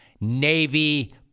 Navy